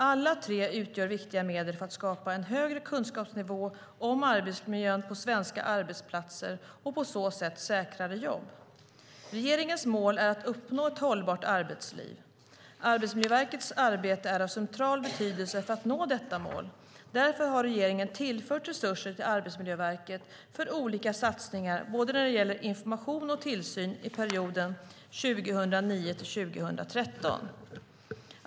Alla tre utgör viktiga medel för att skapa en högre kunskapsnivå om arbetsmiljön på svenska arbetsplatser och på så sätt säkrare jobb. Regeringens mål är att uppnå ett hållbart arbetsliv. Arbetsmiljöverkets arbete är av central betydelse för att nå detta mål. Därför har regeringen tillfört resurser till Arbetsmiljöverket för olika satsningar, både när det gäller information och tillsyn, för perioden 2009-2013.